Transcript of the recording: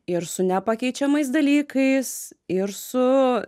ir su nepakeičiamais dalykais ir su